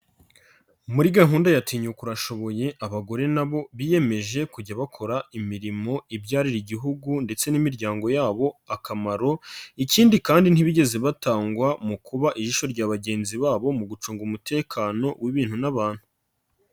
Muri gahunda ya tinyuka urashoboye abagore na bo biyemeje kujya bakora imirimo ibyarira Igihugu ndetse n'imiryango yabo akamaro, ikindi kandi ntibigeze batangwa mu kuba ijisho rya bagenzi babo mu gucunga umutekano w'ibintu n'abantu.